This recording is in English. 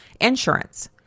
insurance